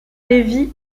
lévy